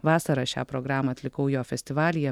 vasarą šią programą atlikau jo festivalyje